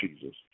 Jesus